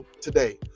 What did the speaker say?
today